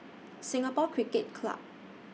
Singapore Cricket Club